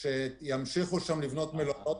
שימשיכו שם לבנות מלונות.